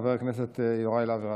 חבר הכנסת יוראי להב הרצנו.